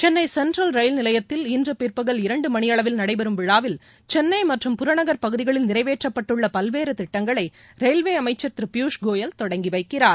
Chennai Central rail நிலையத்தில் இன்று பிற்பகல் இரண்டு மணியளவில் நடைபெறும் விழாவில் சென்னை மற்றும் புறநகர் பகுதிகளில் நிறைவேற்றப்பட்டுள்ள பல்வேறு திட்டங்களை ரயில்வே அமைச்சர் திரு பியூஷ் கோயல் தொடங்கி வைக்கிறார்